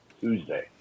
Tuesday